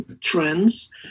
trends